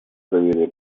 доверия